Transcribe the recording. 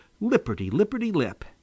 lipperty-lipperty-lip